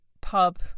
pub